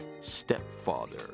stepfather